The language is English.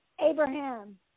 Abraham